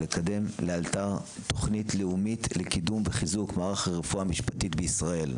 לקדם לאלתר תוכנית לאומית לקידום וחיזוק מערך הרפואה המשפטית בישראל.